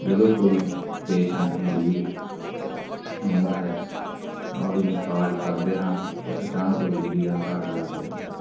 ਜਦੋਂ ਕੋਈ ਪੇਸ਼ੈਂਟ ਮਰੀਜ਼ ਆਉਂਦਾ ਹੈ ਤਾਂ ਉਹਦੀ ਮਸਾਜ ਕਰਦੇ ਹਾਂ ਅਤੇ ਅਚਾਨਕ ਬਿਜਲੀ ਦਾ ਕੱਟ ਲੱਗ ਜਾਂਦਾ ਹੈ